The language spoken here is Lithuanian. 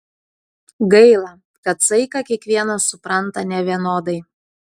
gaila kad saiką kiekvienas supranta nevienodai